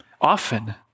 often